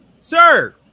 Sir